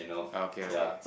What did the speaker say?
okay okay